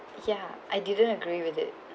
ya I didn't agree with it